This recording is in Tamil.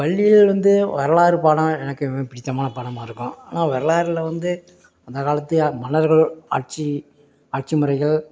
பள்ளியில் வந்து வரலாறு பாடம் எனக்கு மிக பிடித்தமான பாடமாக இருக்கும் ஆனால் வரலாறில் வந்து அந்த காலத்து மன்னர்கள் ஆட்சி ஆட்சி முறைகள்